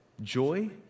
joy